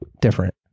different